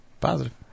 Positive